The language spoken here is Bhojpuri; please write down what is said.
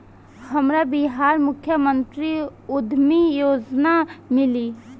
हमरा बिहार मुख्यमंत्री उद्यमी योजना मिली?